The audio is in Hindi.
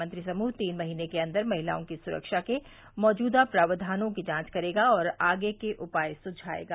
मंत्रिसमूह तीन महीने के अंदर महिलाओं की सुरक्षा के मौजूदा प्रावधानों की जांच करेगा और आगे के उपाय सुझाएगा